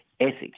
ethics